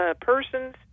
persons